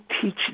teach